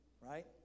Right